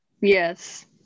Yes